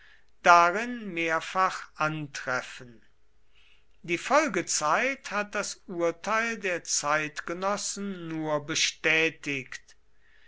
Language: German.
darin mehrfach antreffen die folgezeit hat das urteil der zeitgenossen nur bestätigt